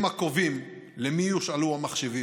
הם הקובעים למי יושאלו המחשבים.